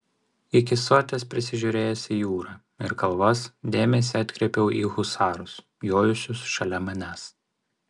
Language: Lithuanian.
iki soties prisižiūrėjęs į jūrą ir kalvas dėmesį atkreipiau į husarus jojusius šalia manęs